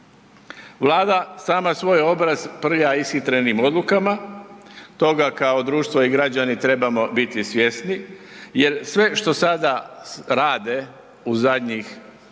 Vlada sama svoj obraz prlja ishitrenim odlukama, toga kao društvo i građani trebamo biti svjesni jer sve što sada rade u zadnjih